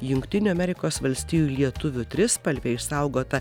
jungtinių amerikos valstijų lietuvių trispalvė išsaugota